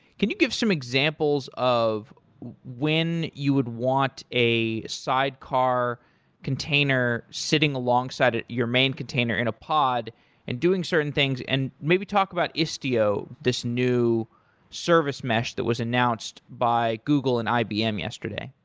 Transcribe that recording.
can you give some examples of when you would want a sidecar container sitting alongside your main container in a pod and doing certain things, and maybe talk about istio, this new service mesh that was announced by google and ibm yesterday.